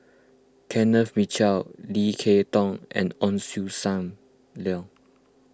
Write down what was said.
Kenneth Mitchell Lim Kay Tong and Ong Sam Leong